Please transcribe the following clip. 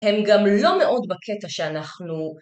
הם גם לא מאוד בקטע שאנחנו...